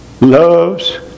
loves